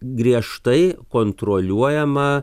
griežtai kontroliuojama